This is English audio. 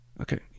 Okay